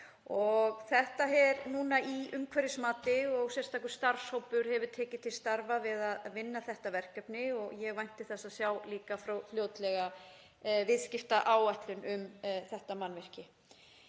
Þetta er núna í umhverfismati og sérstakur starfshópur hefur tekið til starfa við að vinna þetta verkefni og ég vænti þess að sjá líka fljótlega viðskiptaáætlun um þetta mannvirki.